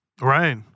Right